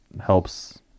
helps